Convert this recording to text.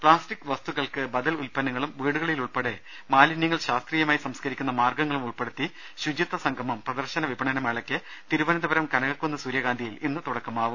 plastic വസ്തുക്കൾക്ക് ബദൽ ഉത്പന്നങ്ങളും വീട്ടുകളിലുൾപ്പെടെ മാലിന്യങ്ങൾ ശാസ്ത്രീയമായി സംസ്കരിക്കുന്ന മാർഗങ്ങളും ഉൾപ്പെടുത്തി ശുചിത്വ സംഗമം പ്രദർശന വിപണന മേളയ്ക്ക് തിരുവനന്തപുരം കനകക്കുന്ന് സൂര്യകാന്തിയിൽ ഇന്ന് തുടക്കമാവും